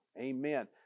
Amen